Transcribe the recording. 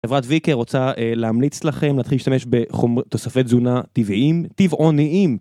חברת ויקר רוצה להמליץ לכם להתחיל להשתמש בתוספי תזונה טבעיים, טבעוניים!